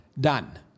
Done